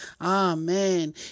amen